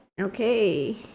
Okay